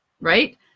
right